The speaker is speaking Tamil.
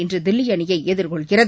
இன்று தில்லி அணியை எதிர்கொள்கிறது